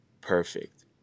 perfect